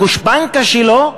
הגושפנקה שלו,